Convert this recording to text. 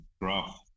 graph